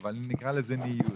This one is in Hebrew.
אבל נקרא לזה ניוד.